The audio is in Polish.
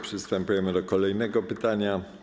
Przystępujemy do kolejnego pytania.